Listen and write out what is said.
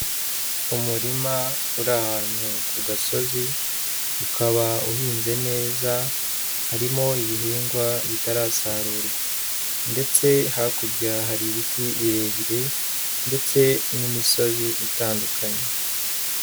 Umurima uri ahantu ku gasozi, ukaba uhinze neza, harimo ibihingwa bitarasarurwa, ndetse hakurya hari ibiti birebire, ndetse n'imisozi itandukanye.